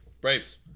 Braves